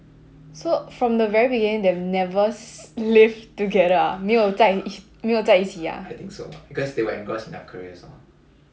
so from the very beginning have never s~ lived together ah 没有在没有在一起 ah